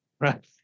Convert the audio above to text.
right